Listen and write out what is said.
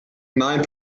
nine